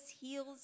heals